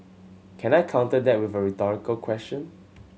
can I counter that with a rhetorical question